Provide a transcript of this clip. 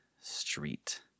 Street